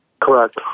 Correct